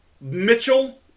Mitchell